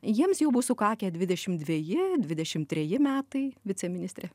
jiems jau bus sukakę dvidešimt dveji dvidešimt treji metai viceministre